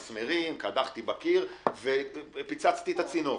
קדחתי בקיר ופוצצתי את הצינור,